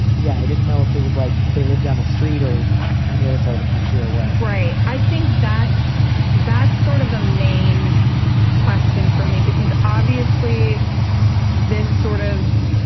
yeah, i didn't know if it was like they lived down the street or on the other side of the country or what right. i think that's that's sort of a main question for me, because obviously this sort of